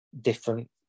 different